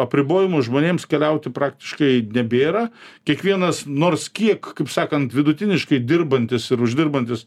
apribojimų žmonėms keliauti praktiškai nebėra kiekvienas nors kiek kaip sakant vidutiniškai dirbantis ir uždirbantis